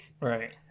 Right